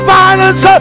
violence